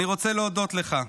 אני רוצה להודות לך.